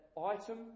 item